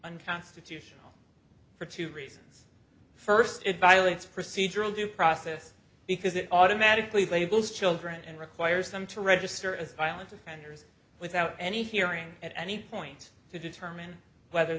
unconstitutional for two reasons first it violates procedural due process because it automatically labels children and requires them to register as violent offenders without any hearing at any point to determine whether